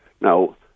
Now